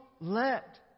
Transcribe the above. let